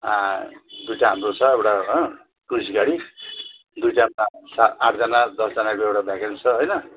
दुइवटा हाम्रो छ एउटा टुरिस्ट गाडी दुइवटा पा आठजना दसजनाको एउटा भ्याकेन्ट छ होइन